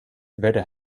werden